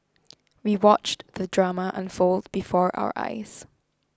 we watched the drama unfold before our eyes